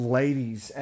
ladies